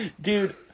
dude